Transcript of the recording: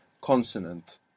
consonant